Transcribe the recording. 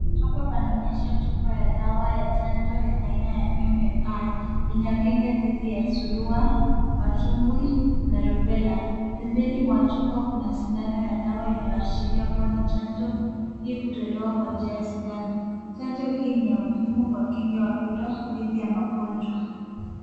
Hapa panaonyesha chupa ya dawa ya chanjo ya aina ya MMR, inayopinga dhidi ya surua, matumbwi, na rubella. Pembeni mwa chupa kuna sindano ya dawa inayoashiria kuwa ni chanjo; hii hutolewa kwa njia ya sindano. Chanjo hii ni ya muhimu kwa kinga ya watoto, dhidi ya magonjwa.